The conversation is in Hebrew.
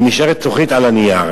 והיא נשארת תוכנית על הנייר.